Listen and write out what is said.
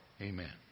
amen